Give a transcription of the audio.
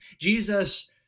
jesus